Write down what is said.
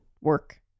work